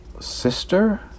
sister